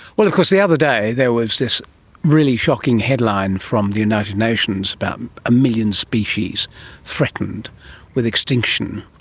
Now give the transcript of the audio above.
well of course the other day there was this really shocking headline from the united nations about a million species threatened with extinction,